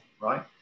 right